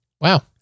Wow